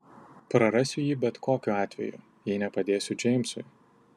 prarasiu jį bet kokiu atveju jei nepadėsiu džeimsui